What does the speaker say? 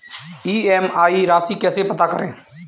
EMI राशि कैसे पता करें?